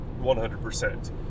100%